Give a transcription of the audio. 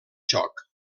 xoc